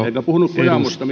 enkä puhunut kojamosta